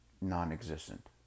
non-existent